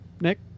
Nick